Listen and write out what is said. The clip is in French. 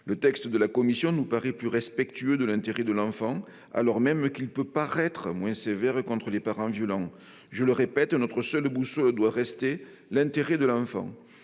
Le texte de la commission nous paraît plus respectueux de l'intérêt de l'enfant, alors même qu'il peut paraître moins sévère contre les parents violents. Je le répète : notre seule boussole doit rester l'intérêt de l'enfant.